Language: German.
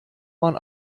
man